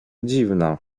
dziwna